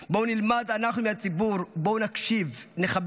בואו נלמד, אנחנו, מהציבור, בואו נקשיב, נכבד.